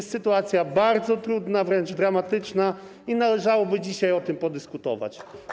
Sytuacja jest bardzo trudna, wręcz dramatyczna i należałoby dzisiaj o tym podyskutować.